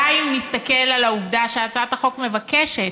די אם נסתכל על העובדה שהצעת החוק מבקשת,